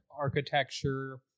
architecture